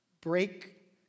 break